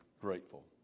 grateful